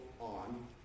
on